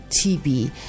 TB